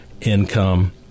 income